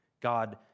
God